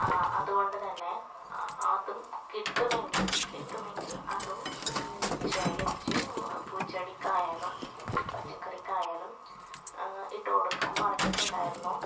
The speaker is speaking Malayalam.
അതുകൊണ്ടുതന്നെ അതും കിട്ടുമെങ്കിൽ കിട്ടുമെങ്കിൽ അതും ശേഖരിച്ച് പൂച്ചെടിക്കായാലും പച്ചക്കറിക്കായാലും ഇട്ടുകൊടുക്കാൻ പറഞ്ഞിട്ടുണ്ടായിരുന്നു